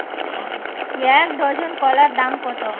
এক ডজন কলার দাম কত?